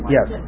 Yes